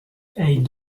hayes